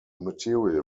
material